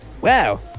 Wow